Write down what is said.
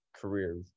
career